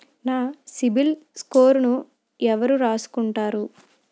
నా సిబిల్ స్కోరును ఎవరు రాసుకుంటారు